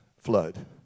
flood